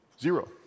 Zero